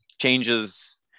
changes